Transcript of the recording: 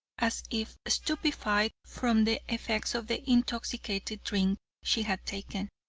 as if stupefied from the effects of the intoxicating drink she had taken.